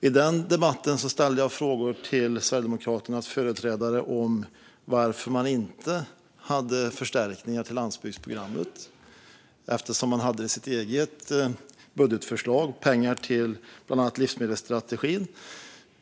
I den debatten ställde jag frågor till Sverigedemokraternas företrädare om varför de inte ville göra några förstärkningar av Landsbygdsprogrammet eftersom de i sitt eget budgetförslag hade pengar till bland annat livsmedelsstrategin.